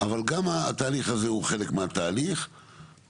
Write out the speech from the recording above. אבל גם התהליך הזה הוא חלק מהתהליך ואנחנו